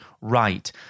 right